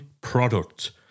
product